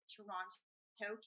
Toronto